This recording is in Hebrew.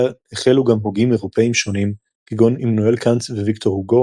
החלו גם הוגים אירופאים שונים כגון עמנואל קאנט וויקטור הוגו